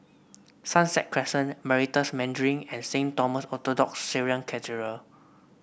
Sunset Crescent Meritus Mandarin and Saint Thomas Orthodox Syrian Cathedral